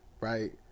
right